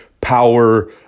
power